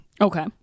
Okay